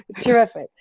Terrific